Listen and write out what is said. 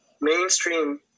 mainstream